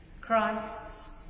Christ's